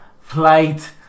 Flight